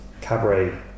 cabaret